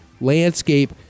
landscape